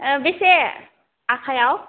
बेसे आखायाव